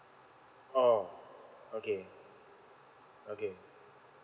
orh okay okay